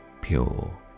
pure